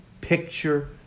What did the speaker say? picture